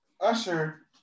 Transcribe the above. Usher